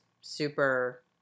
super